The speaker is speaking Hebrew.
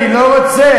אני לא רוצה,